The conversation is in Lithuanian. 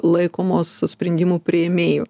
laikomos sprendimų priėmėjų